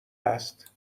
است